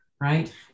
right